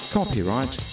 Copyright